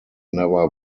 never